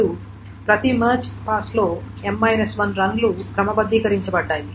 ఇప్పుడు ప్రతి మెర్జ్ పాస్లో M 1 రన్ లు క్రమబద్ధీకరించబడ్డాయి